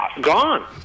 Gone